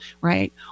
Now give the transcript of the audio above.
Right